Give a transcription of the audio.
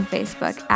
Facebook